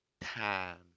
time